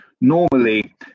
normally